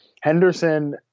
Henderson